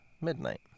midnight